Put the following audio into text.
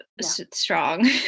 strong